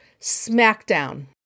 smackdown